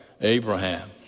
Abraham